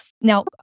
Now